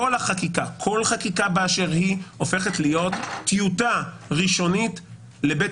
כל חקיקה באשר היא הופכת להיות טיוטה ראשונית לבית